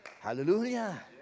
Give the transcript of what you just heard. Hallelujah